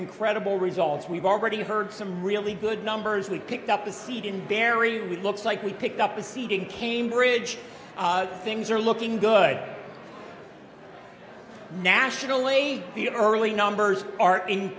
incredible results we've already heard some really good numbers we've picked up a seat in barry looks like we picked up a seat in cambridge things are looking good nationally the early numbers are in